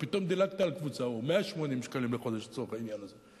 או 180 שקלים לחודש לצורך העניין הזה.